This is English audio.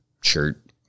shirt